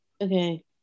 okay